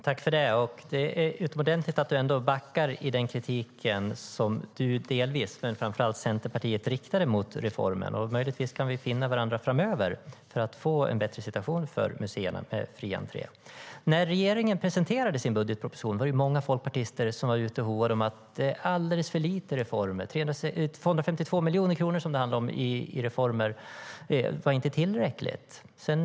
Herr talman! Det är utomordentligt bra att Bengt Eliasson ändå backar från den kritik som han delvis men framför allt Centerpartiet riktar mot reformen. Möjligtvis kan vi finna varandra framöver för att få en bättre situation för museerna med fri entré. När regeringen presenterade sin budgetproposition var det många folkpartister som var ute och hoade om att det var alldeles för lite reformer. 252 miljoner kronor, som det handlade om i reformer, var inte tillräckligt.